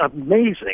amazing